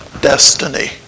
destiny